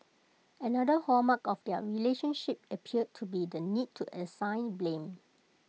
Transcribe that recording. another hallmark of their relationship appeared to be the need to assign blame